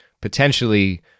potentially